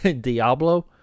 Diablo